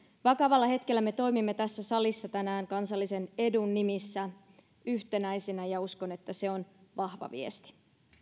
vakavalla hetkellä me toimimme tässä salissa tänään kansallisen edun nimissä yhtenäisenä ja uskon että se on vahva viesti